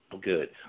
Good